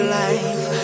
life